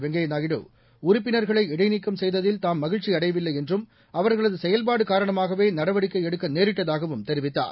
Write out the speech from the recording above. வெங்கய்ய நாயுடு உறுப்பினர்களை இடைநீக்கம் செய்ததில் தாம் மகிழ்ச்சி அடையவில்லை என்றும் அவர்களது செயல்பாடு காரணமாகவே நடவடிக்கை எடுக்க நேரிட்டதாகவும் தெரிவித்தார்